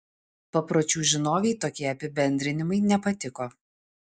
papročių žinovei tokie apibendrinimai nepatiko